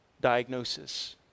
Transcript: diagnosis